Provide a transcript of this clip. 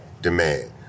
demand